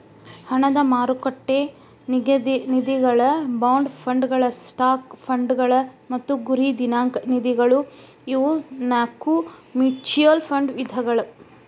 ಹಣದ ಮಾರುಕಟ್ಟೆ ನಿಧಿಗಳ ಬಾಂಡ್ ಫಂಡ್ಗಳ ಸ್ಟಾಕ್ ಫಂಡ್ಗಳ ಮತ್ತ ಗುರಿ ದಿನಾಂಕ ನಿಧಿಗಳ ಇವು ನಾಕು ಮ್ಯೂಚುಯಲ್ ಫಂಡ್ ವಿಧಗಳ